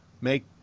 make